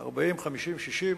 40, 50, 60,